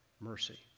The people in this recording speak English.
mercy